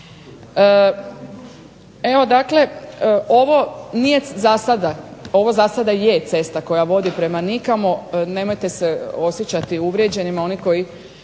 Evo dakle, ovo nije zasada, ovo zasada je cesta koja vodi prema nikamo. Nemojte se osjećati uvrijeđenima oni koji